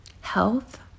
Health